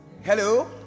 Hello